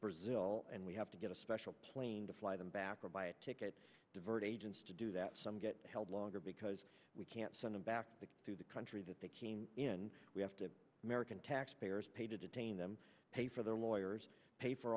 brazil and we have to get a special plane to fly them back or buy a ticket divert agents to do that some get held longer because we can't send them back to the country that they came in we have to american taxpayers pay to detain them pay for their lawyers pay for